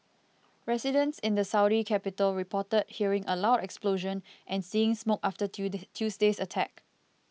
residents in the Saudi capital reported hearing a loud explosion and seeing smoke after Tuesday's attack